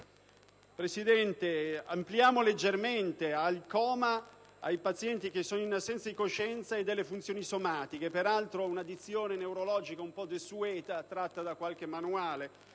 ampliamo leggermente l'applicazione ai pazienti in coma, che sono in assenza di coscienza e delle funzioni somatiche (peraltro una dizione neurologica un po' desueta, tratta da qualche manuale)